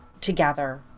together